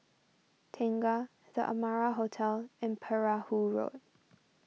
Tengah the Amara Hotel and Perahu Road